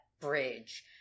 bridge